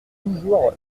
toujours